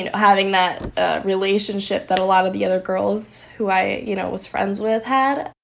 and having that relationship that a lot of the other girls who i, you know, was friends with had.